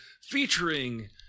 featuring